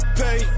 pay